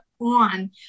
on